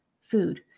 food